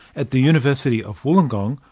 at the university of wollongong,